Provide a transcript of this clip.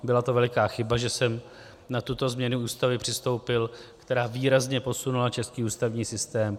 Byla to veliká chyba, že jsem na tuto změnu Ústavy přistoupil, která výrazně posunula český ústavní systém.